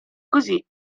così